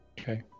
Okay